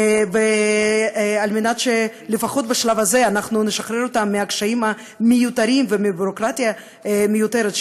כדי שלפחות בשלב הזה נשחרר אותם מהקשיים המיותרים ומביורוקרטיה מיותרת,